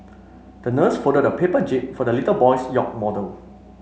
the nurse folded a paper jib for the little boy's yacht model